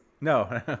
No